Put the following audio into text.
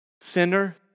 Sinner